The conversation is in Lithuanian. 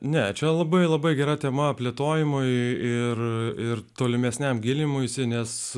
ne čia labai labai gera tema plėtojimui ir tolimesniam gilinimuisi nes